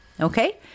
Okay